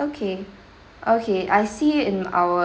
okay okay I see it in our